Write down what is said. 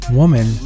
woman